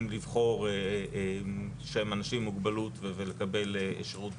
לבחור שהם אנשים עם מוגבלות ולקבל שירות,